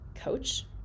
coach